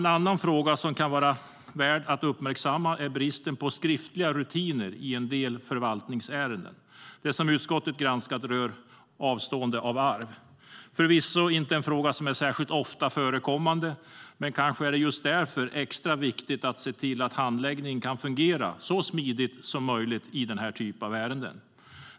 En annan fråga som kan vara värd att uppmärksamma är bristen på skriftliga rutiner i en del förvaltningsärenden. Det som utskottet granskat rör avstående av arv. Det är förvisso inte en fråga som är så ofta förekommande. Men det är kanske just därför extra viktigt att se till att handläggningen kan fungera så smidigt som möjligt i denna typ av ärenden.